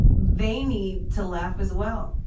they need to laugh as well.